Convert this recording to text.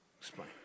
explain